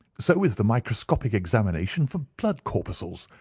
so is the microscopic examination for blood corpuscles.